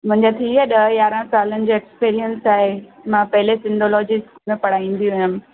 मुंहिंजा थी विया ॾह यारहां सालनि जा एक्सपीरियंस आहे मां पहले सिंधोलॉजिस में पढ़ाईंदी हुयमि